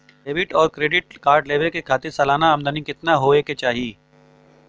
Debit और credit card लेवे के खातिर सलाना आमदनी कितना हो ये के चाही?